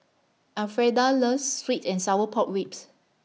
Elfreda loves Sweet and Sour Pork Ribs